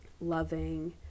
loving